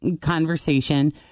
conversation